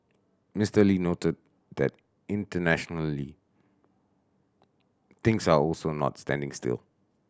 Mister Lee noted that internationally things are also not standing still